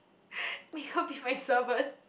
make her be my servant